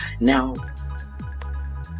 Now